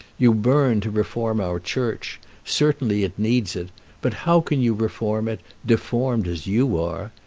you burn to reform our church certainly it needs it but how can you reform it, deformed as you are?